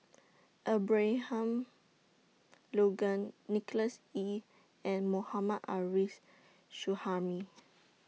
Abraham Logan Nicholas Ee and Mohammad Ares Suhaimi